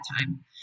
time